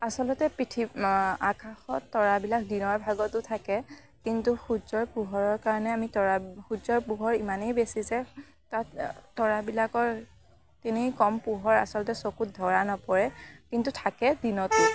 আচলতে পৃথিৱ আকাশত তৰাবিলাক দিনৰ ভাগতো থাকে কিন্তু সূৰ্যৰ পোহৰৰ কাৰণে আমি তৰা সূৰ্যৰ পোহৰ ইমানেই বেছি যে তাত তৰাবিলাকৰ তিনেই কম পোহৰ আচলতে চকুত ধৰা নপৰে কিন্তু থাকে দিনতো